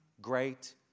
great